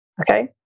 Okay